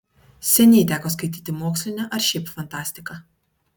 seniai teko skaityti mokslinę ar šiaip fantastiką